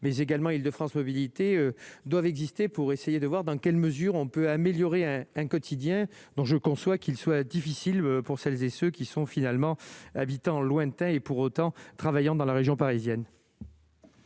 mais également Île-de-France mobilités doivent exister pour essayer de voir dans quelle mesure on peut améliorer un quotidien dont je conçois qu'il soit difficile pour celles et ceux qui sont finalement habitant lointain et pour autant, travaillant dans la région parisienne.